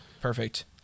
perfect